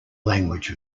language